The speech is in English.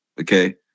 Okay